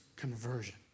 conversion